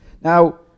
Now